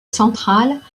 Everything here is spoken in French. centrale